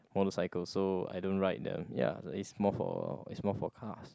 motorcycles so I don't ride them ya it's more for it's more for cars